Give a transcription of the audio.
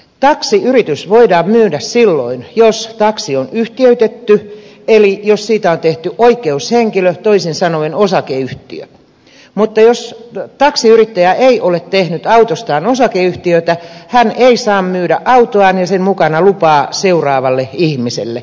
taksiyritys voidaan myydä silloin jos taksi on yhtiöitetty eli jos siitä on tehty oikeushenkilö toisin sanoen osakeyhtiö mutta jos taksiyrittäjä ei ole tehnyt autostaan osakeyhtiötä hän ei saa myydä autoaan ja sen mukana lupaa seuraavalle ihmiselle